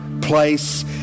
place